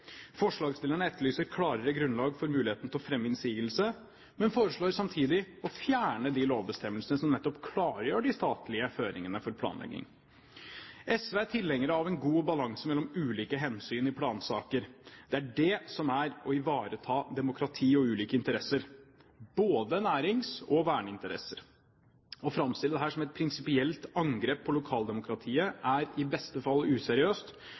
Forslagsstillerne etterlyser klarere grunnlag for muligheten til å fremme innsigelse, men foreslår samtidig å fjerne de lovbestemmelsene som nettopp klargjør de statlige føringene for planlegging. SV er tilhenger av en god balanse mellom ulike hensyn i plansaker. Det er det som er å ivareta demokrati og ulike interesser, både nærings- og verneinteresser. Å framstille dette som et prinsipielt angrep på lokaldemokratiet er i beste fall useriøst,